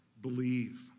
believe